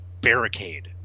barricade